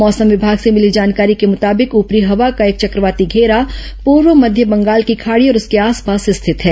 मौसम विमाग से मिली जानकारी के मुताबिक ऊपरी हवा का एक चक्रवाती धेरा पूर्व मध्य बंगाल की खाड़ी और उसके आसपास स्थित है